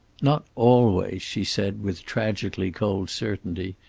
not always, she said, with tragically cold certainty.